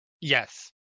Yes